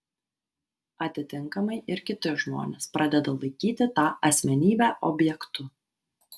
atitinkamai ir kiti žmonės pradeda laikyti tą asmenybę objektu